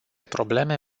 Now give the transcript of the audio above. probleme